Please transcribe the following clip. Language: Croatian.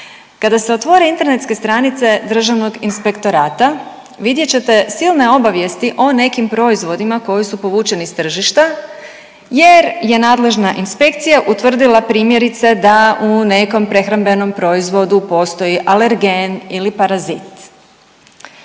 Kada se otvore internetske stranice Državnog inspektorata vidjet ćete silne obavijesti o nekim proizvodima koji su povučeni s tržišta jer je nadležna inspekcija utvrdila primjerice da u nekom prehrambenom proizvodu postoje alergen ili parazit.